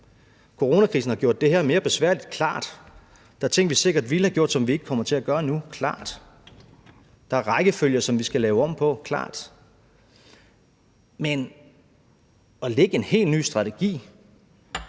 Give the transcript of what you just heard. Coronakrisen har gjort det her mere besværligt – klart. Der er ting, vi sikkert ville have gjort, som vi ikke kommer til at gøre nu – klart. Der er rækkefølger, som vi skal lave om på – klart. Men at lægge en helt ny strategi,